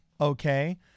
Okay